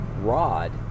rod